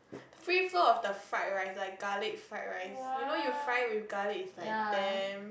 free flow of the fried rice like garlic fried rice you know you fry with garlic it's like damn